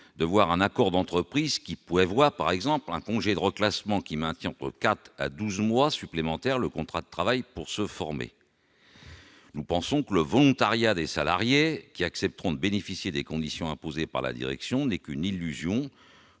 de voir un accord d'entreprise qui pourrait voir, par exemple, un congé de reclassements qui maintient entre 4 à 12 mois supplémentaires le contrat de travail pour se former. Nous pensons que le volontariat des salariés qui accepteront de bénéficier des conditions imposées par la direction n'est qu'une illusion,